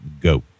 go